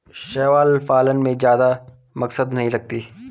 शैवाल पालन में जादा मशक्कत नहीं लगती